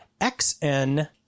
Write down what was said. xn